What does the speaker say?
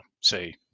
say